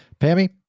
Pammy